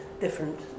different